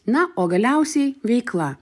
na o galiausiai veikla